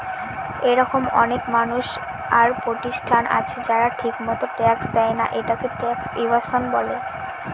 এরকম অনেক মানুষ আর প্রতিষ্ঠান আছে যারা ঠিকমত ট্যাক্স দেয়না, এটাকে ট্যাক্স এভাসন বলে